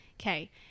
Okay